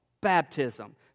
baptism